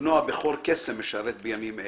ובנו הבכור קסם משרת בימים אלה.